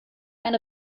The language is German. ein